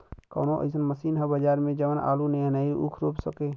कवनो अइसन मशीन ह बजार में जवन आलू नियनही ऊख रोप सके?